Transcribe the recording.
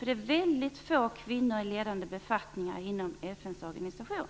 Det finns väldigt få kvinnor i ledande befattningar inom FN:s organisation.